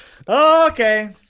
Okay